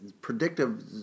predictive